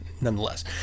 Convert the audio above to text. nonetheless